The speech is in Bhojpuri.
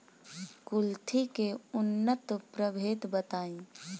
कुलथी के उन्नत प्रभेद बताई?